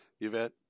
Yvette